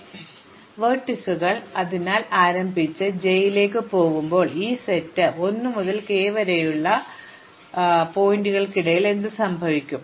അതിനാൽ ഇന്റർമീഡിയറ്റ് എന്ന് മാത്രം പറയുന്നു വെർട്ടീസുകൾ അതിനാൽ ഞാൻ ആരംഭിച്ച് j ലേക്ക് പോകുമ്പോൾ ഈ സെറ്റ് 1 മുതൽ k വരെയുള്ള നുണകൾക്കിടയിൽ എന്ത് സംഭവിക്കും